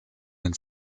den